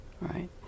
right